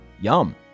Yum